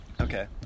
Okay